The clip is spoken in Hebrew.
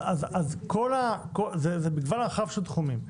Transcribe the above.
אז זה מגוון רחב של תחומי.